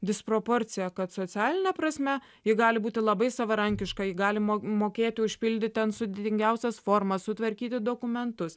disproporcija kad socialine prasme ji gali būti labai savarankiška ji gali mokėti užpildyti ten sudėtingiausias formas sutvarkyti dokumentus